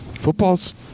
football's